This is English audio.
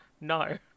No